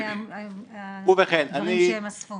אלה הדברים שהם אספו.